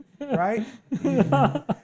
Right